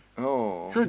oh